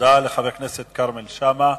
תודה לחבר הכנסת כרמל שאמה.